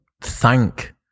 thank